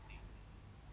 mm mm